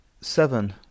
seven